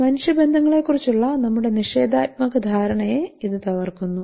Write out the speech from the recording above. മനുഷ്യബന്ധങ്ങളെക്കുറിച്ചുള്ള നമ്മുടെ നിഷേധാത്മക ധാരണയെ ഇത് തകർക്കുന്നു